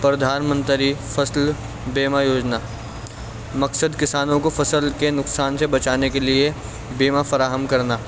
پردھان منتری فصل بیما یوجنا مقصد کسانوں کو فصل کے نقصان سے بچانے کے لیے بیما فراہم کرنا